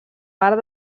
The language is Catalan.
part